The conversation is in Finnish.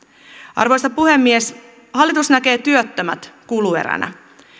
arvoisa puhemies hallitus näkee työttömät kulueränä